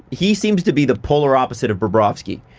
he seems to be the polar opposite of bobrovsky.